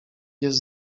jest